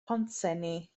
pontsenni